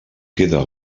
queda